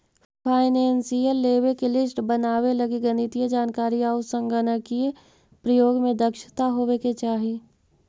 financial लेवे के list बनावे लगी गणितीय जानकारी आउ संगणकीय प्रयोग में दक्षता होवे के चाहि